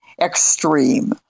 extreme